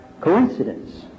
coincidence